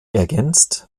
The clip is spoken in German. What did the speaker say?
ergänzt